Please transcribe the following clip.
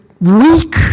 weak